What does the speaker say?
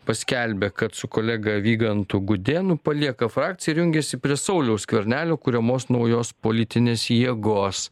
paskelbė kad su kolega vygantu gudėnu palieka frakciją ir jungiasi prie sauliaus skvernelio kuriamos naujos politinės jėgos